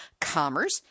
Commerce